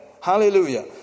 hallelujah